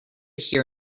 hear